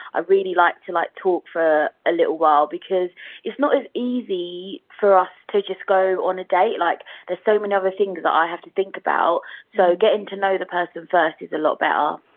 really like to like talk for a little while because it's not as easy for us to just go on a date, like there's so many other things that i have to think about, so getting to know the person first is a lot better